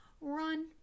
run